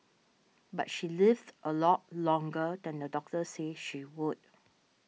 but she lived a lot longer than the doctor said she would